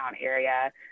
area